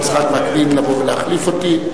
היושב-ראש, יצחק וקנין, לבוא ולהחליף אותי,